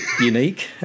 unique